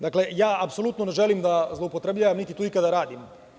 Dakle, ja apsolutno ne želim da zloupotrebljavam Poslovnik, niti to ikada radim.